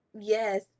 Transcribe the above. yes